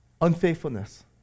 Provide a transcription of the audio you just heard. Unfaithfulness